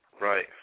right